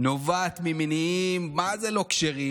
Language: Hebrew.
נובעת ממניעים מה-זה לא כשרים,